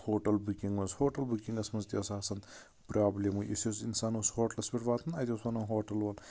hotel booking منٛز hotel bookings منٛز تہِ ٲسۍ آسان برابلِمٕے یُس یُس اِنسان اوس ہوٹلَس پٮ۪ٹھ واتان اَتہِ اوس وَنان ہوٹل وول